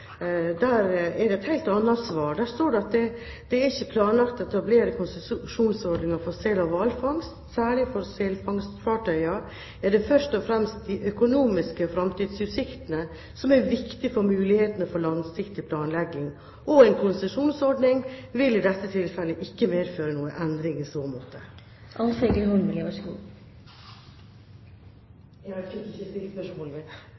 Der står det: «Det er ikke planlagt å etablere en konsesjonsordning for sel- og hvalfangstfartøy. Særlig for selfangstfartøyene er det først og fremst de økonomiske fremtidsutsiktene som er viktige for mulighetene for langsiktig planlegging, og en konsesjonsordning vil i dette tilfellet ikke medføre noen endringer i så